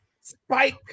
spike